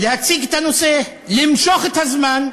להציג את הנושא, למשוך את הזמן,